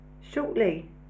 Shortly